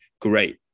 great